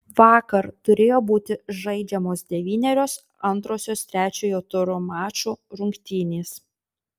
vakar turėjo būti žaidžiamos devynerios antrosios trečiojo turo mačų rungtynės